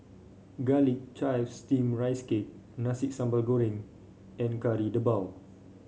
Garlic Chives Steamed Rice Cake Nasi Sambal Goreng and Kari Debal